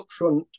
upfront